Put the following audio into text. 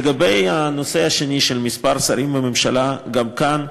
לגבי הנושא השני, של מספר השרים בממשלה, גם כאן,